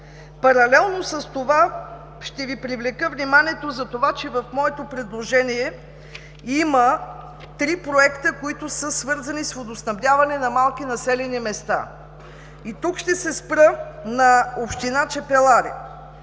Паралелно с това ще Ви привлека вниманието за това, че в моето предложение има три проекта, които са свързани с водоснабдяване на малки населени места. Тук ще се спра на община Чепеларе.